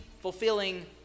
fulfilling